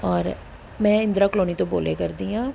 ਔਰ ਮੈਂ ਇੰਦਰਾ ਕਲੋਨੀ ਤੋਂ ਬੋਲਿਆ ਕਰਦੀ ਹਾਂ